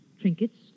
trinkets